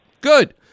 Good